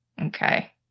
okay